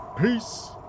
peace